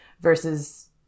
versus